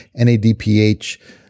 NADPH